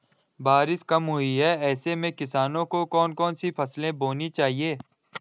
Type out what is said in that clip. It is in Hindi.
बारिश कम हुई है ऐसे में किसानों को कौन कौन सी फसलें बोनी चाहिए?